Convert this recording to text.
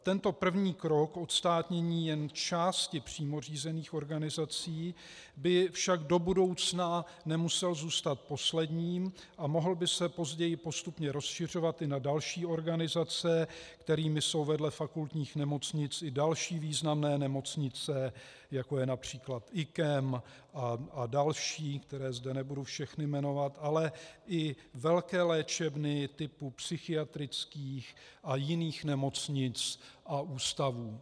Tento první krok, odstátnění jen části přímo řízených organizací, by však do budoucna nemusel zůstat posledním a mohl by se později postupně rozšiřovat i na další organizace, kterými jsou vedle fakultních nemocnic i další významné nemocnice, jako je např. IKEM a další, které zde nebudu všechny jmenovat, ale i velké léčebny typu psychiatrických a jiných nemocnic a ústavů.